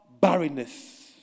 barrenness